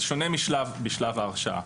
זה שונה משלב ההרשעה.